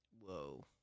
Whoa